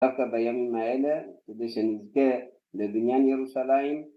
רק בימים האלה, כדי שנזכה לבניין ירושלים